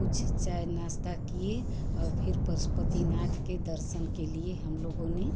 कुछ चाय नाश्ता किए और फिर पसुपतिनाथ के दर्शन के लिए हम लोगों ने